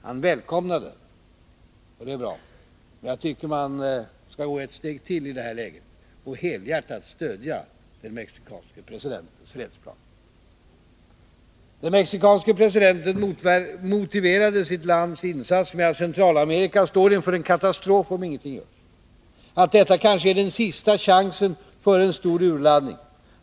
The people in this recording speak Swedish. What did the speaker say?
Han välkomnade förslaget, och det är bra, men jag tycker att man skall gå ett steg till i det här läget och helhjärtat stödja den mexikanske presidentens fredsplan. Den mexikanske presidenten motiverade sitt lands insats med att Centralamerika står inför en katastrof om inget görs, att detta kanske är den sista chansen före en stor urladdning.